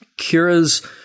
Kira's